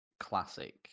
classic